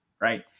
right